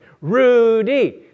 Rudy